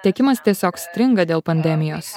tiekimas tiesiog stringa dėl pandemijos